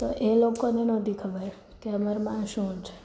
તો એ લોકોને નોતી ખબર કે અમરમાં શું છે